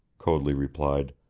coadley replied.